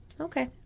Okay